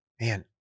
Man